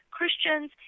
Christians